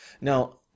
Now